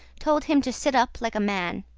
told him to sit up like a man.